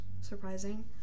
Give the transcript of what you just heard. surprising